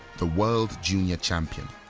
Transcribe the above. the world junior champion.